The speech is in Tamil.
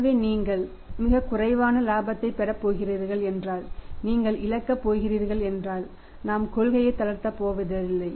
எனவே நீங்கள் கூட மிகக் குறைவான இலாபத்தைப் பெறப் போகிறீர்கள் என்றால் நீங்கள் இழக்கப் போகிறீர்கள் என்றால் நாம் கொள்கையை தளர்த்தப் போவதில்லை